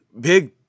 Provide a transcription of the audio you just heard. big